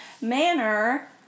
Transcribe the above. manner